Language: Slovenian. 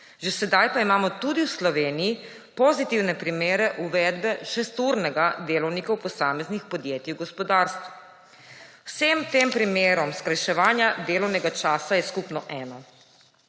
Že sedaj pa imamo tudi v Sloveniji pozitivne primere uvedbe 6-urnega delovnika v posameznih podjetij v gospodarstvu. Vsem tem primerom skrajševanja delovnega časa je skupno eno: